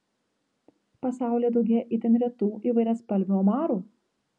pasaulyje daugėja itin retų įvairiaspalvių omarų